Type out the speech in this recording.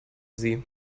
sie